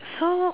so